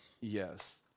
Yes